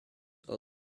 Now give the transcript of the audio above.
are